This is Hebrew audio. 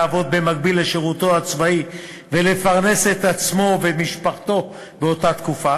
לעבוד במקביל לשירותו הצבאי ולפרנס את עצמו ואת משפחתו באותה תקופה,